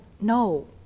no